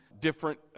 different